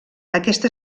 aquesta